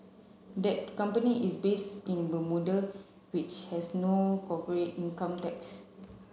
that company is base in the Bermuda which has no corporate income tax